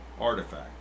Artifact